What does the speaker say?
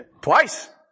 twice